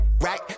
right